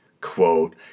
quote